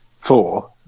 four